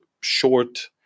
short